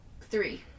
three